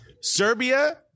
Serbia